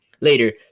later